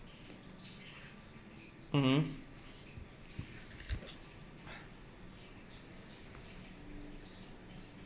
mmhmm